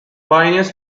pioneers